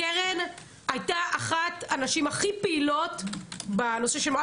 פטל הייתה אחת הנשים הכי פעילות בנושא של מירון.